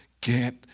Get